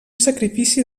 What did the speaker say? sacrifici